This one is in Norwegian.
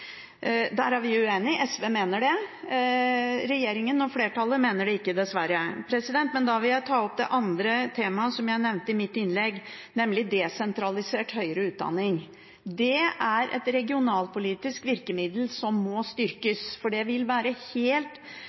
Der er vi uenig. SV mener det, regjeringen og flertallet mener det ikke, dessverre. Jeg vil ta opp det andre temaet som jeg nevnte i mitt innlegg, nemlig desentralisert høyere utdanning. Det er et regionalpolitisk virkemiddel som må styrkes, for det vil være helt